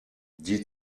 die